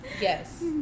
yes